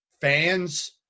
fans